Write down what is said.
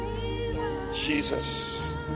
Jesus